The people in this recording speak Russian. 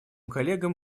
коллегам